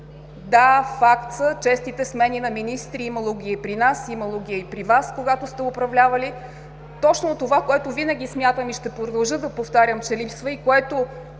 Да, факт са честите смени на министрите – имало ги е при нас, имало ги е и при Вас, когато сте управлявали. Точно това, което винаги смятам и ще продължа да повтарям, че липсва, и което